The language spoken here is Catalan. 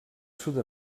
sud